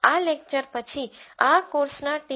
આ લેકચર પછી આ કોર્સના ટી